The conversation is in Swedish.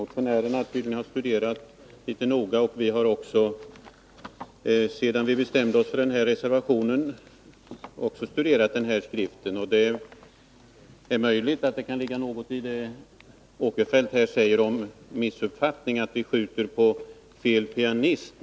Motionärerna har tydligen studerat den noga, och vi har också, sedan vi bestämde oss för reservationen, studerat denna skrift. Det är möjligt att det ligger något i vad Sven Eric Åkerfeldt här säger om missuppfattning — att vi skjuter på fel pianist.